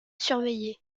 surveillée